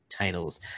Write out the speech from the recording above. titles